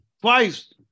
twice